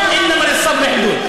נכון שלסבלנות יש גבול,